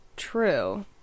True